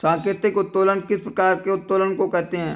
सांकेतिक उत्तोलन किस प्रकार के उत्तोलन को कहते हैं?